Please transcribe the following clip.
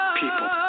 people